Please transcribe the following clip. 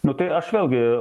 nu tai aš vėlgi